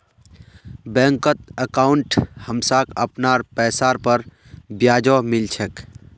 बैंकत अंकाउट हमसाक अपनार पैसार पर ब्याजो मिल छेक